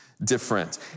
Different